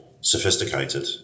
sophisticated